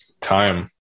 time